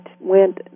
went